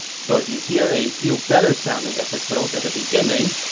so if you hear a few better-sounding episodes at the beginning,